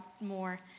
more